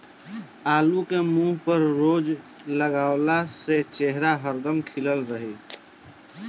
आलू के मुंह पर रोज लगावअ त चेहरा हरदम खिलल रही